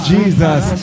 Jesus